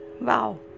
Wow